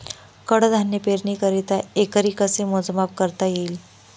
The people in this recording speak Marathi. कडधान्य पेरणीकरिता एकरी कसे मोजमाप करता येईल?